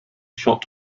shot